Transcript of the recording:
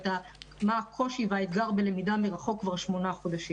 ומה הקושי והאתגר בלמידה מרחוק כבר שמונה חודשים.